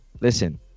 listen